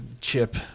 chip